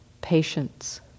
Patience